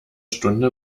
stunde